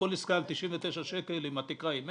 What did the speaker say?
לכל עסקה עם 99 שקל אם התקרה היא 100?